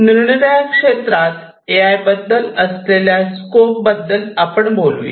निरनिराळ्या क्षेत्रात A I याबद्दल असलेल्या स्कोप बद्दल बोलूया